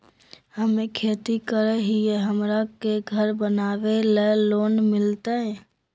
हमे खेती करई हियई, हमरा के घर बनावे ल लोन मिलतई?